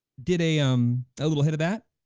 did a, um a little hit of that,